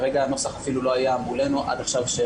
הנוסח אפילו לא היה מולנו עד עכשיו.